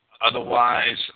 otherwise